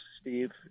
Steve